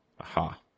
Aha